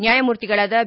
ನ್ಯಾಯಮೂರ್ತಿಗಳಾದ ಬಿ